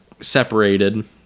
separated